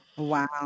Wow